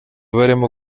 barimo